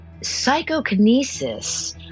Psychokinesis